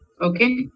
Okay